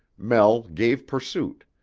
mel gave pursuit,